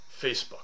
Facebook